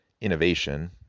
innovation